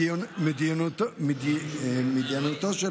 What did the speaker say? מדיניותו של